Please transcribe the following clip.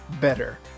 better